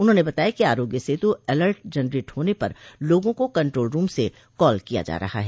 उन्होंने बताया कि आरोग्य सेतु अलर्ट जनरेट होने पर लोगों को कन्ट्रोल रूम से कॉल किया जा रहा है